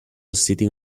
sitting